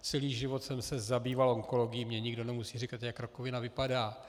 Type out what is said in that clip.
Celý život jsem se zabýval onkologií, mně nikdo nemusí říkat, jak rakovina vypadá.